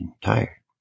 tired